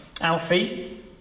Alfie